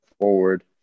forward